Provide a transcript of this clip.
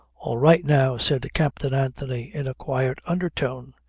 all right now, said captain anthony in a quiet undertone.